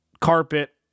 carpet